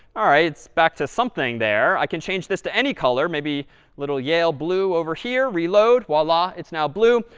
all right, it's back to something there. i can change this to any color, maybe a little yale blue over here. reload. voila, it's now blue.